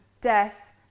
death